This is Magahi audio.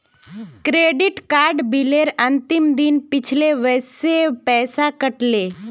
क्रेडिट कार्ड बिलेर अंतिम दिन छिले वसे पैसा कट ले